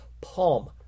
palm